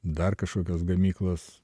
dar kažkokios gamyklos